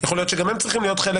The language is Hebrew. יכול להיות שגם הם צריכים להיות חלק